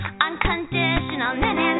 unconditional